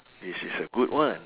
this is a good one